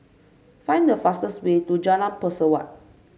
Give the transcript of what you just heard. find the fastest way to Jalan Pesawat